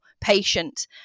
patient